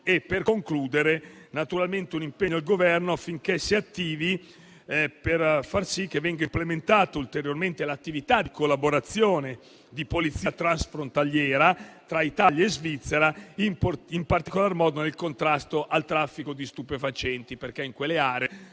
Infine, è stato chiesto un impegno al Governo affinché si attivi per far sì che venga ulteriormente implementata l'attività di collaborazione di polizia transfrontaliera tra Italia e Svizzera, in particolar modo nel contrasto al traffico di stupefacenti. In quelle aree,